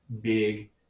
big